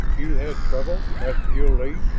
you had trouble? asked jil-lee.